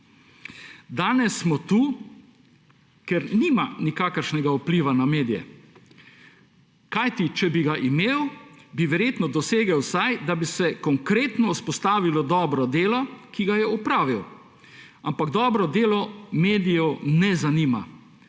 Danes smo tu, ker nima nikakršnega vpliva na medije, kajti če bi ga imel, bi verjetno dosegel vsaj, da bi se konkretno izpostavilo dobro delo, ki ga je opravil. Ampak dobro delo medijev ne zanima,